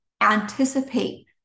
anticipate